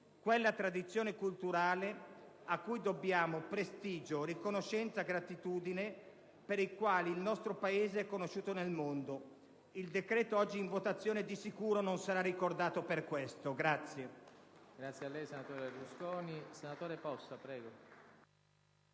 quella tradizione culturale a cui dobbiamo prestigio, riconoscenza e gratitudine e per la quale il nostro Paese è conosciuto nel mondo. Il decreto oggi in votazione di sicuro non sarà ricordato per questo.